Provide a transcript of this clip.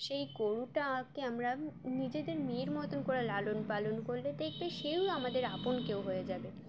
সেই গরুটা আকে আমরা নিজেদের মেয়ের মতন করে লালন পালন করলে দেখবে সেও আমাদের আপন হয়ে যাবে